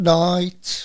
night